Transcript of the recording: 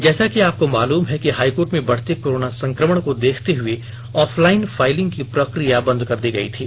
जैसा कि आपको मालूम है कि हाई कोर्ट में बढ़ते कोरोना संक्रमण को देखते हुए ऑफलाइन फाइलिंग की प्रक्रिया बंद कर दी गई थी